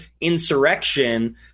insurrection